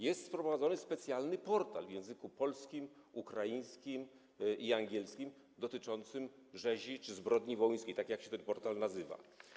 Jest prowadzony specjalny portal w języku polskim, ukraińskim i angielskim dotyczący rzezi czy zbrodni wołyńskiej, tak się ten portal nazywa.